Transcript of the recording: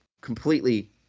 completely